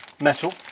metal